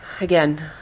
again